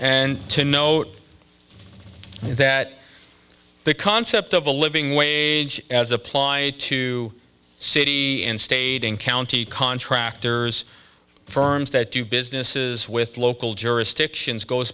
and to note that the concept of a living wage as applied to city and state and county contractors firms that do businesses with local jurisdictions goes